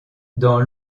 dans